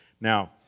Now